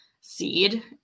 seed